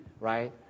right